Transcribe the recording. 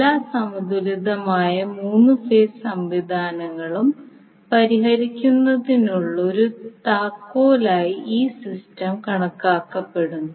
എല്ലാ സമതുലിതമായ മൂന്ന് ഫേസ് സംവിധാനങ്ങളും പരിഹരിക്കുന്നതിനുള്ള ഒരു താക്കോലായി ഈ സിസ്റ്റം കണക്കാക്കപ്പെടുന്നു